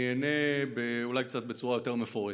אני אענה בצורה קצת יותר מפורטת,